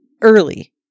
early